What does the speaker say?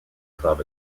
club